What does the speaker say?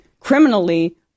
criminally